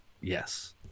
Yes